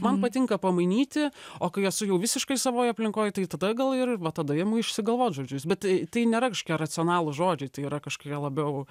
man patinka pamainyti o kai esu jau visiškai savoj aplinkoj tai tada gal ir va tada imu išsigalvot žodžius bet tai nėra kažkokie racionalūs žodžiai tai yra kažkokie labiau